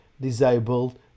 disabled